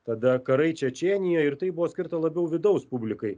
tada karai čečėnijoj ir tai buvo skirta labiau vidaus publikai